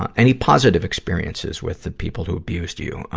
ah any positive experiences with the people who abused you?